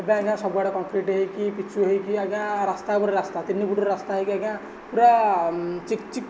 ଏବେ ଆଜ୍ଞା ସବୁଆଡେ କଂକ୍ରିଟ ହୋଇକି ପିଚୁ ହୋଇକି ଆଜ୍ଞା ରାସ୍ତା ଉପରେ ରାସ୍ତା ତିନି ଫୁଟ ରାସ୍ତା ହୋଇକି ଆଜ୍ଞା ପୁରା ଚିକଚିକ